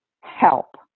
help